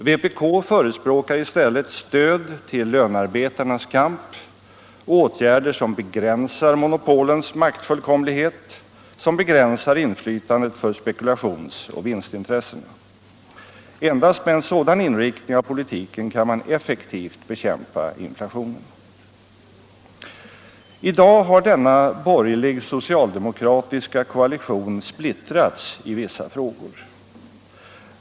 Vpk förespråkar i stället stöd till lönearbetarnas kamp och åtgärder som begränsar monopolens maktfullkomlighet, som begränsar inflytande för spekulationsoch vinstintressena. Endast med en sådan inriktning av politiken kan man effektivt bekämpa inflationen. I dag har denna borgerlig-socialdemokratiska koalition splittrats i vissa frågor.